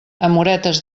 amoretes